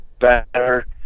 better